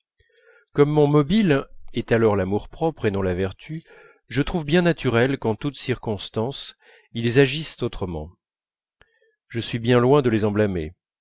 comme mon mobile est alors l'amour-propre et non la vertu je trouve bien naturel qu'en toute circonstance ils agissent autrement je suis bien loin de les